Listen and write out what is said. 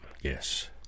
Yes